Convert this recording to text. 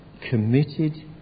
committed